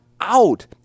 out